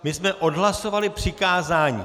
My jsme odhlasovali přikázání.